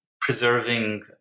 preserving